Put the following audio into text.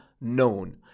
known